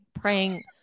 praying